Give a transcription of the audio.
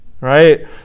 Right